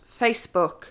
Facebook